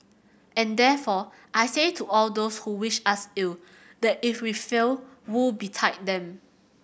and therefore I say to all those who wish us ill that if we fail woe betide them